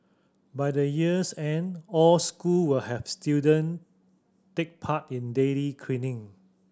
by the year's end all school will have student take part in daily cleaning